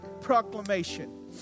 proclamation